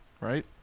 right